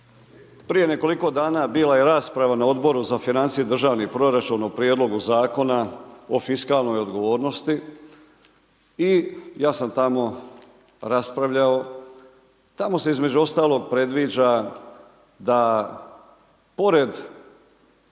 Prije nekoliko dana bila je rasprava na Odboru za financije i državni proračun o prijedlogu Zakona o fiskalnoj odgovornosti i ja sam tamo raspravljao. Tamo se između ostalog predviđa da pored